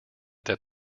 that